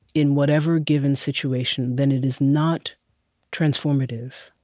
in whatever given situation, then it is not transformative.